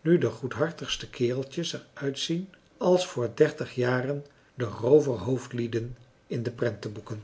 nu de goedhartigste kereltjes er uitzien als voor dertig jaren de rooverhoofdlieden in de prentenboeken